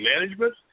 Management